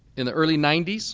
in the early ninety s,